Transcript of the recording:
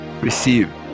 receive